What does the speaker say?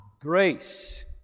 grace